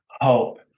hope